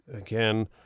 again